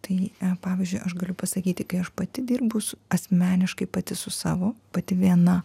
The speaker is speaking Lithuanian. tai pavyzdžiui aš galiu pasakyti kai aš pati dirbu su asmeniškai pati su savo pati viena